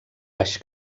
baix